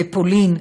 בפולין,